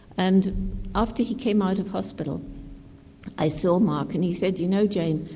and after he came out of hospital i saw marc and he said, you know, jane,